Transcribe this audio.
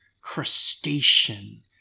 crustacean